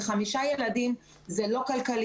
כאשר מדובר בחמישה ילדים, זה לא כלכלי,